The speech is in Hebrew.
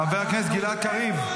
חבר הכנסת גלעד קריב.